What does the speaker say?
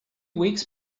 weeks